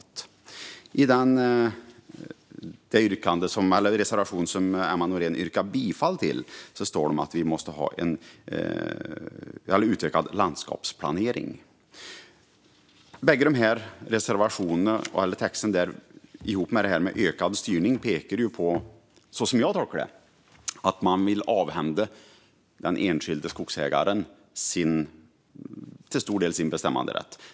I den reservation som Emma Nohrén yrkade bifall till står det att vi måste ha en utvecklad landskapsplanering. Som jag tolkar det pekar bägge dessa reservationer, ihop med detta om ökad styrning, mot att man till stor del vill avhända den enskilde skogsägaren sin bestämmanderätt.